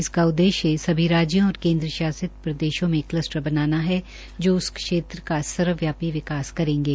इसका उद्देश्य सभी राज्यों और केन्द्र शासित प्रदेशों में कलस्टर बनाना है जो उस क्षेत्र का सर्वव्यापी विकास करेंगे